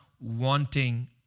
wanting